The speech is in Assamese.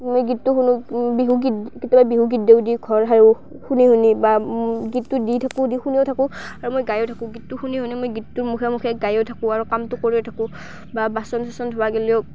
মই গীতটো শুনো বিহুগীত কেতিয়াবা বিহুগীত দিওঁ দি ঘৰ সাৰোঁ শুনি শুনি বা গীতটো দি থাকোঁ দি শুনিও থাকোঁ আৰু মই গায়ো থাকোঁ গীতটো শুনি শুনি মই গীতটোৰ মুখে মুখে গায়ো থাকোঁ আৰু কামটো কৰিও থাকোঁ বা বাচন চাচন ধোৱা গ'লেও